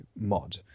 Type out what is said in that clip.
mod